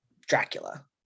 Dracula